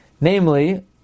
Namely